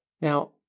Now